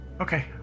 Okay